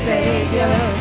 Savior